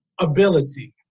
ability